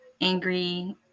angry